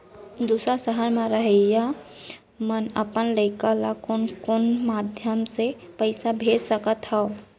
दूसर सहर म रहइया अपन लइका ला कोन कोन माधयम ले पइसा भेज सकत हव?